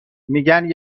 میگن